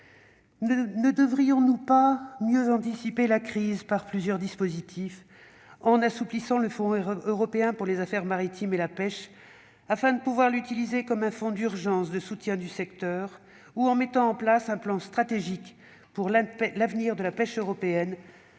Ne devrions-nous pas mieux anticiper la crise par plusieurs dispositifs, par exemple en assouplissant le Fonds européen pour les affaires maritimes et la pêche, afin de pouvoir l'utiliser comme un fonds d'urgence de soutien du secteur, ou en mettant en place un plan stratégique pour l'avenir de la pêche européenne,